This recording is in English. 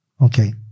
Okay